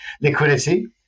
Liquidity